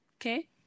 okay